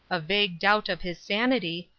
a vague doubt of his sanity,